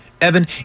Evan